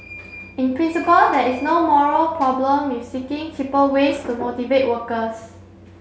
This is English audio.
in principle there is no moral problem with seeking cheaper ways to motivate workers